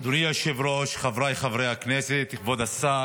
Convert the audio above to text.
אדוני היושב-ראש, חבריי חברי הכנסת, כבוד השר,